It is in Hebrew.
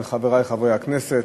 חברי חברי הכנסת.